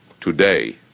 today